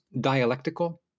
dialectical